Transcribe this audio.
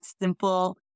simple